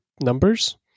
numbers